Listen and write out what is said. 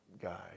guy